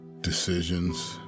decisions